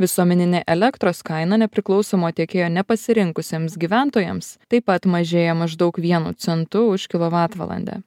visuomeninė elektros kaina nepriklausomo tiekėjo nepasirinkusiems gyventojams taip pat mažėja maždaug vienu centu už kilovatvalandę